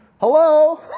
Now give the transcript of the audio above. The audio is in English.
Hello